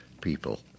people